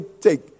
take